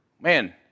Man